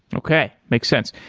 okay. makes sense.